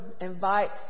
invites